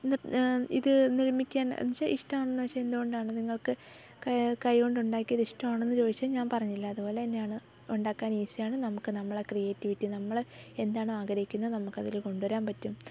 ഇത് നിർമ്മിക്കാൻ എന്ന് വെച്ചാൽ ഇഷ്ടമാണ് എന്ന് ചോദിച്ചാൽ എന്തുകൊണ്ടാണ് നിങ്ങൾക്ക് കൈ കൊണ്ട് ഉണ്ടാക്കിയത് ഇഷ്ടമാണോ എന്ന് ചോദിച്ചാൽ ഞാൻ പറഞ്ഞില്ലേ അതുപോലെ തന്നെയാണ് ഉണ്ടാക്കാൻ ഈസി ആണ് നമുക്ക് നമ്മളെ ക്രിയേറ്റിവിറ്റി നമ്മൾ എന്താണ് ആഗ്രഹിക്കുന്നത് നമുക്കത് ഉണ്ടാക്കാൻ ആഗ്രഹിക്കുന്നത് നമുക്കതിൽ കൊണ്ടുവരാൻ പറ്റും